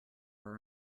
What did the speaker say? our